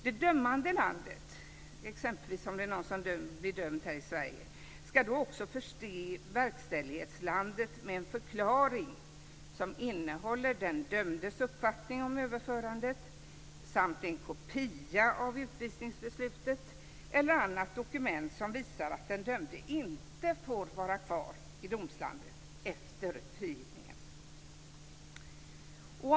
Det dömande landet, exempelvis Sverige om det är någon som blir dömd här, ska också förse verkställighetslandet med en förklaring som innehåller den dömdes uppfattning om överförandet samt en kopia av utvisningsbeslutet eller annat dokument som visar att den dömde inte får vara kvar i domslandet efter frigivningen.